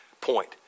point